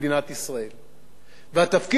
והתפקיד שלנו, כנבחרי ציבור